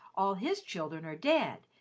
all his children are dead,